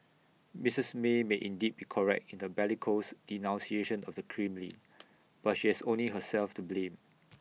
Mrs may may indeed be correct in the bellicose denunciation of the Kremlin but she has only herself to blame